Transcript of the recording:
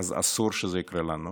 אסור שזה יקרה לנו,